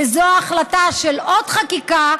וזו ההחלטה של עוד חקיקה,